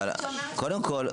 קודם כל,